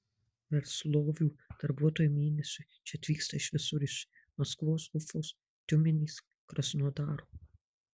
verslovių darbuotojai mėnesiui čia atvyksta iš visur iš maskvos ufos tiumenės krasnodaro